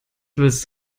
willst